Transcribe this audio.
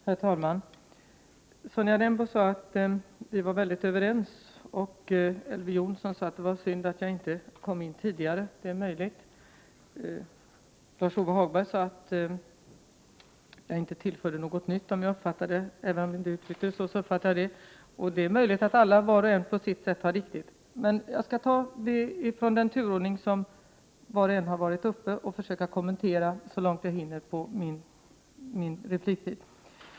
Herr talman! Sonja Rembo sade att vi var överens. Elver Jonsson sade att det var synd att jag inte kom in tidigare. Det är möjligt. Lars-Ove Hagberg sade att jag inte tillförde något nytt — även om han inte uttryckte det så, uppfattade jag det på det sättet. Det är möjligt att alla, var och en på sitt sätt, har rätt. Jag skall försöka kommentera de andra talarnas inlägg i den ordning de har varit uppe, så långt jag hinner på min repliktid.